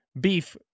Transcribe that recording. Beef